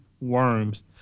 worms